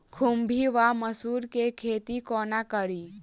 खुम्भी वा मसरू केँ खेती कोना कड़ी?